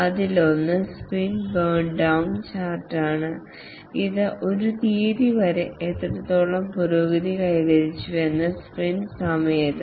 അതിലൊന്ന് sprint burn down chart ആണ് ഇത് ഒരു തീയതി വരെ എത്രത്തോളം പുരോഗതി കൈവരിച്ചുവെന്ന് സ്പ്രിന്റ് സമയത്ത്